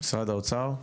משרד האוצר.